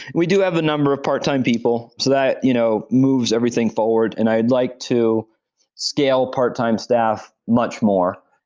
we do have a number of part-time people, so that you know moves everything forward and i'd like to scale part-time staff much more,